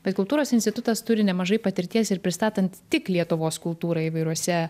bet kultūros institutas turi nemažai patirties ir pristatant tik lietuvos kultūrą įvairiuose